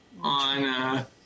on